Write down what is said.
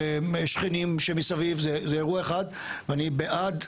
השכנים שמסביב זה אירוע אחד ואני בעד,